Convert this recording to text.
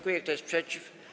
Kto jest przeciw?